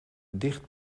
dicht